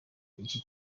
iki